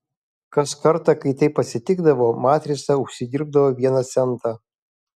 kas kartą kai taip atsitikdavo matrica užsidirbdavo vieną centą